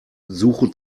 suche